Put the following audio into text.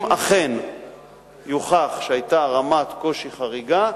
אם אכן יוכח שהיתה רמת קושי חריגה,